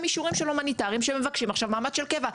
אישורים הומניטריים ועכשיו מבקשים מעמד של קבע.